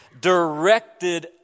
directed